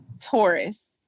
Taurus